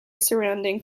surrounding